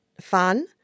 fun